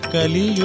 Kali